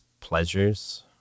pleasures